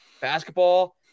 basketball